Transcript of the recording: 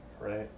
right